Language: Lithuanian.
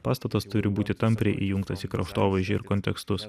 pastatas turi būti tampriai įjungtas į kraštovaižį ir kontekstus